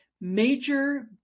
major